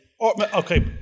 Okay